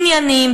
ענייניים,